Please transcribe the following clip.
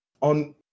on